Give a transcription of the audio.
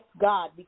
God